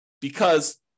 because-